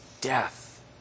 death